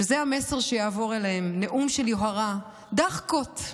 וזה המסר שיעבור אליהם, נאום של יוהרה, דחקות,